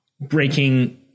breaking